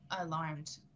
alarmed